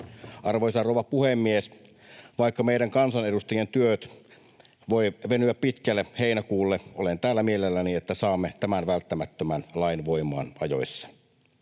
Arvoisa rouva puhemies! Vaikka meidän kansanedustajien työt voivat venyä pitkälle heinäkuulle, olen täällä mielelläni, jotta saamme tämän välttämättömän lain voimaan ajoissa.